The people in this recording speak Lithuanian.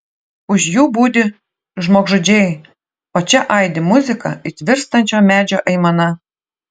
už jų budi žmogžudžiai o čia aidi muzika it virstančio medžio aimana